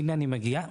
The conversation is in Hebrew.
אז הנה אני מגיע לזה,